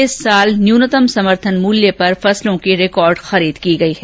इस साल न्यूनतम समर्थन मूल्य पर फसलों की रिकॉर्ड खरीद हुई है